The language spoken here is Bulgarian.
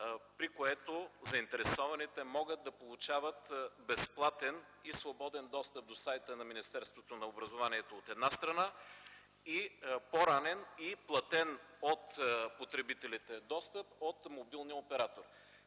при което заинтересованите могат да получават безплатен и свободен достъп до сайта на Министерството на образованието, младежта и науката, от една страна, и по-ранен и платен от потребителите достъп – от мобилния оператор.